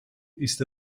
ist